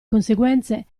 conseguenze